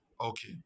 Okay